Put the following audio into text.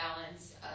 balance